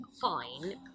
fine